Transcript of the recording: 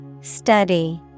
Study